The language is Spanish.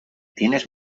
tienes